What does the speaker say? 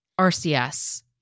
RCS